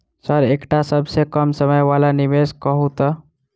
Sir एकटा सबसँ कम समय वला निवेश कहु तऽ?